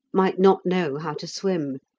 might not know how to swim.